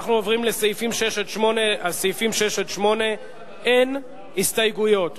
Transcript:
אנחנו עוברים לסעיפים 6 8. לסעיפים 6 8 אין הסתייגויות.